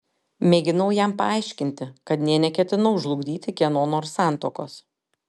mėginau jam paaiškinti kad nė neketinau žlugdyti kieno nors santuokos